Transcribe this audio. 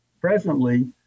Presently